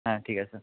হ্যাঁ ঠিক আছে